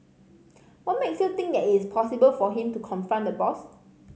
what makes you think that it is possible for him to confront the boss